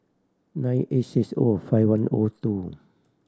nine eight six O five one O two